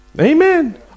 Amen